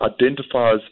identifies